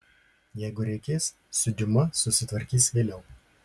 jeigu reikės su diuma susitvarkys vėliau